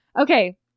okay